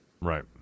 Right